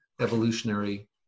evolutionary